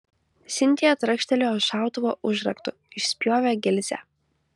sintija trakštelėjo šautuvo užraktu išspjovė gilzę